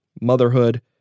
motherhood